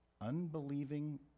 Unbelieving